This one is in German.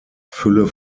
fülle